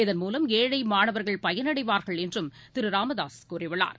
இதன் மூலம் ஏழைமாணவர்கள் பயனடைவார்கள் என்றும் திருராமதாசுகூறியுள்ளார்